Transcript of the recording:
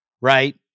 right